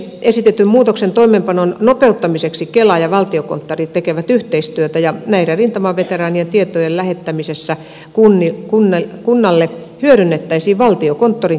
esitetyn muutoksen toimeenpanon nopeuttamiseksi kela ja valtiokonttori tekevät yhteistyötä ja rintamaveteraanien tietojen lähettämisessä kunnalle hyödynnettäisiin valtiokonttorin käyttämää menettelyä